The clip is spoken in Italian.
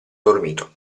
dormito